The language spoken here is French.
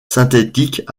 synthétique